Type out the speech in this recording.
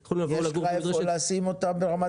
הם יכולים לבוא לגור במדרשת --- יש לך איפה לשים אותם ברמת נגב?